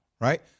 right